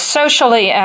socially